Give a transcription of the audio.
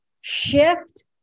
shift